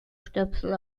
stöpsel